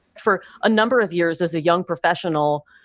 for a number of years as a young professional,